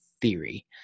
theory